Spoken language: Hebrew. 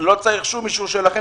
לא צריך שום אישור שלכם,